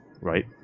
right